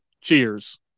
cheers